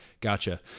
gotcha